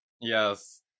Yes